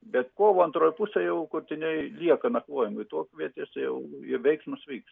bet kovo antroje pusėj jau kurtiniai lieka nakvojimui tuokvietėse jau jau veiksmas vyksta